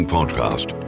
Podcast